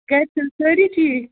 گرِ چھِ حظ سٲری ٹھیٖک